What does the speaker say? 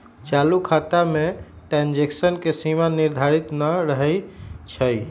चालू खता में ट्रांजैक्शन के सीमा निर्धारित न रहै छइ